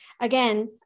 again